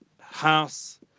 House